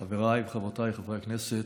חבריי וחברותיי חברי הכנסת,